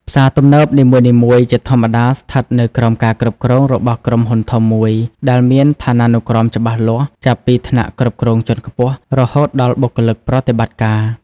ផ្សារទំនើបនីមួយៗ ជាធម្មតាស្ថិតនៅក្រោមការគ្រប់គ្រងរបស់ក្រុមហ៊ុនធំមួយ ដែលមានឋានានុក្រមច្បាស់លាស់ ចាប់ពីថ្នាក់គ្រប់គ្រងជាន់ខ្ពស់ រហូតដល់បុគ្គលិកប្រតិបត្តិការ។